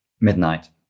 midnight